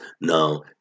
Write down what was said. Now